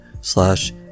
slash